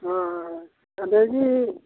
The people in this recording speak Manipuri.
ꯑ ꯑꯗꯒꯤ